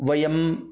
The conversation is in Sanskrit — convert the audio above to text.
वयं